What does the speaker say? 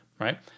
right